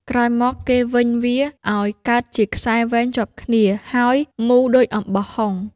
ក្រោយមក គេវេញវា អោយកើតជាខ្សែវែងជាប់គ្នា ហើយមូរដូចអំបោះហុង ។